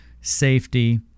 safety